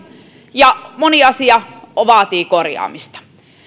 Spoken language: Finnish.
ja moni asia vaatii korjaamista